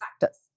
factors